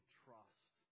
trust